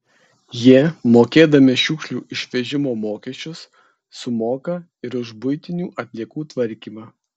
jie mokėdami šiukšlių išvežimo mokesčius sumoka ir už buitinių atliekų tvarkymą